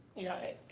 yeah,